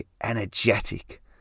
energetic